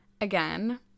again